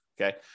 Okay